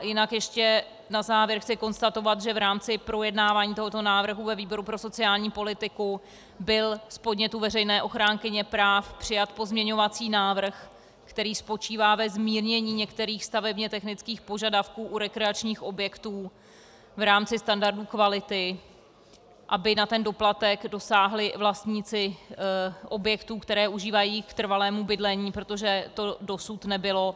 Jinak ještě na závěr chci konstatovat, že v rámci projednávání tohoto návrhu ve výboru pro sociální politiku byl z podnětu veřejné ochránkyně práv přijat pozměňovací návrh, který spočívá ve zmírnění některých stavebně technických požadavků u rekreačních objektů v rámci standardů kvality, aby na ten doplatek dosáhli vlastníci objektů, které užívají k trvalému bydlení, protože to dosud nebylo.